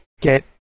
get